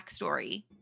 backstory